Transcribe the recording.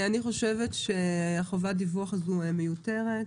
אני חושבת שחובת הדיווח הזו מיותרת,